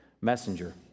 messenger